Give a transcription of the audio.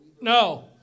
No